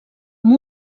amb